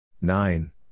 nine